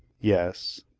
yes.